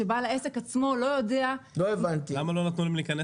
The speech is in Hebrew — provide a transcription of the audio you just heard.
כשבעל העסק עצמו לא יודע --- למה לא נתנו להם להיכנס?